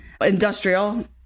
industrial